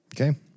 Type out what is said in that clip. okay